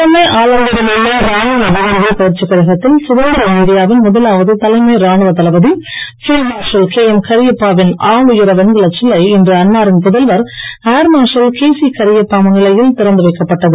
சென்னை ஆலந்தூரில் உள்ள ராணுவ அதிகாரிகள் பயிற்சிக் கழகத்தில் சுதந்திர இந்தியாவின் முதலாவது தலைமை ராணுவ தளபதி பீல்டு மார்ஷல் கேஎம் கரியப்பா வின் ஆளுயர வெண்கலச் சிலை இன்று அன்னாரின் புதல்வர் ஏர்மார்ஷல் கேசி கரியப்பா முன்னிலையில் திறந்து வைக்கப்பட்டது